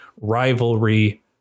rivalry